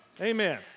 Amen